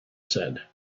said